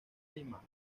lima